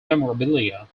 memorabilia